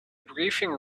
briefing